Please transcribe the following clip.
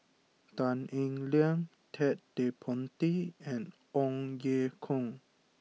Tan Eng Liang Ted De Ponti and Ong Ye Kung